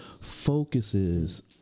focuses